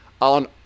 on